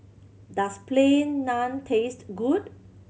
does Plain Naan taste good